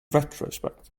retrospect